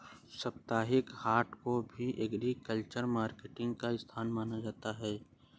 साप्ताहिक हाट को भी एग्रीकल्चरल मार्केटिंग का स्थान माना जा सकता है